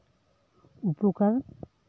ᱩᱯᱚᱠᱟᱨ